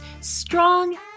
strong